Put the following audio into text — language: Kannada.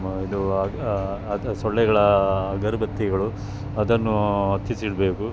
ಮ ಇದು ಅಗ ಅದು ಸೊಳ್ಳೆಗಳ ಅಗರಬತ್ತಿಗಳು ಅದನ್ನು ಹಚ್ಚಿಸಿಡ್ಬೇಕು